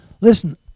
listen